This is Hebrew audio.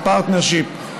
Public-Private Partnership,